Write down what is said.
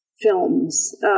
films